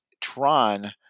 tron